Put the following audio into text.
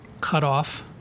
cutoff